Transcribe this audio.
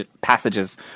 passages